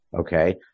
Okay